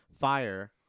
Fire